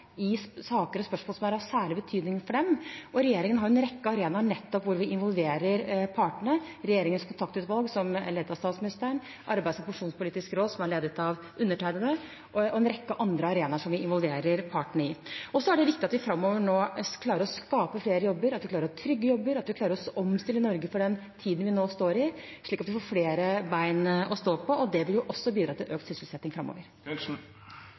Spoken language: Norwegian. i saker og spørsmål som er av særlig betydning for dem. Regjeringen har en rekke arenaer hvor vi nettopp involverer partene: regjeringens kontaktutvalg, som er ledet av statsministeren, Arbeidslivs- og pensjonspolitisk råd, som er ledet av undertegnede, og en rekke andre arenaer som vi involverer partene i. Så er det viktig at vi framover nå klarer å skape flere jobber, klarer å trygge jobber, klarer å omstille Norge for den tiden vi nå står i, slik at vi får flere bein å stå på, og det vil også bidra til økt sysselsetting framover.